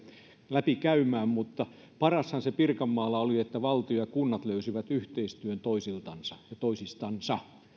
läpi käymään mutta parastahan se pirkanmaalla oli että valtio ja kunnat löysivät yhteistyön toisiltansa ja toisistansa